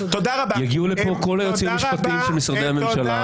יגיעו לכאן כל היועצים המשפטים של משרדי הממשלה,